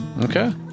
Okay